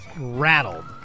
rattled